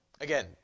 again